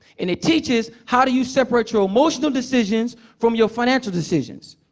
and it teaches how do you separate your emotional decisions from your financial decisions,